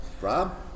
Rob